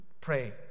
pray